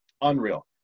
unreal